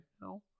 no